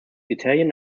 italian